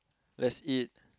let's eat